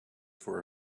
for